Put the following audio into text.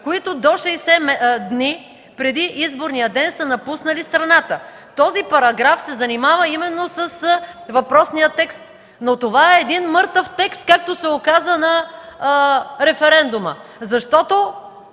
които до 60 дни преди изборния ден са напуснали страната. Този параграф се занимава именно с въпросния текст, но както се оказа на референдума, това